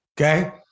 okay